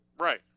Right